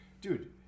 Dude